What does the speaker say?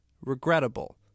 regrettable